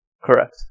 Correct